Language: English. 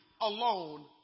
alone